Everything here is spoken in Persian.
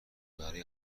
برای